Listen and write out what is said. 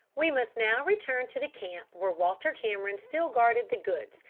we must now return to the camp where walter cameron still guarded the goods,